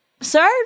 sir